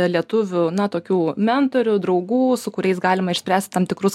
lietuvių na tokių mentorių draugų su kuriais galima išspręsti tam tikrus